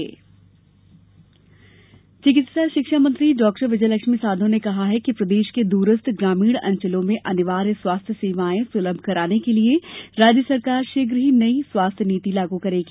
चिकित्सा नीति चिकित्सा शिक्षा मंत्री डॉ विजयलक्ष्मी साधौ ने कहा है कि प्रदेश के द्रस्थ ग्रामीण अंचलों में अनिवार्य स्वास्थ्य सेवाएं सुलभ कराने के लिये राज्य सरकार शीघ्र ही नई स्वास्थ्य नीति लागू करेगी